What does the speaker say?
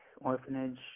orphanage